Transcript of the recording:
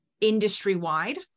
industry-wide